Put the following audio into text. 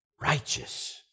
Righteous